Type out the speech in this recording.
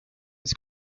was